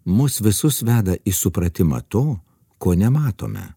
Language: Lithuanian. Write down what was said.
mus visus veda į supratimą to ko nematome